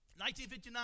1959